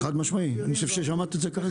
חד-משמעית, וזה מה ששמעת כרגע.